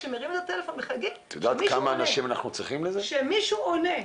שכשמרימים את הטלפון ומחייגים שמישהו עונה.